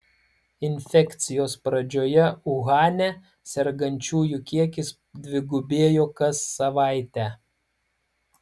infekcijos pradžioje uhane sergančiųjų kiekis dvigubėjo kas savaitę